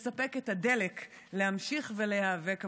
מספק את הדלק להמשיך ולהיאבק בעבורם.